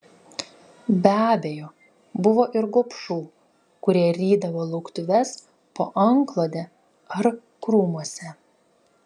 be abejo buvo ir gobšų kurie rydavo lauktuves po antklode ar krūmuose